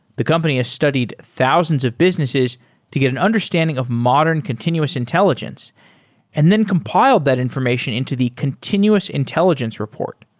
the company has studied thousands of businesses to get an understanding of modern continuous intelligence and then compile that information into the continuous intelligence report,